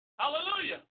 Hallelujah